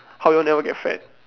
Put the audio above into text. how you all never get fat